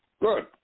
Good